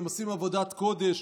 הם עושים עבודת קודש,